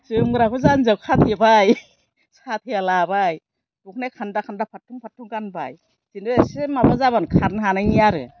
जोमग्राखौ जान्जियाव खाथेबाय साथाया लाबाय दख'नाया खान्दा खान्दा फाथं फाथं गानबाय बिदिनो एसे माबा जाबानो खारनो हानायनि आरो